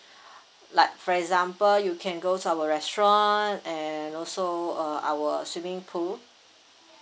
like for example you can go to our restaurant and also uh our swimming pool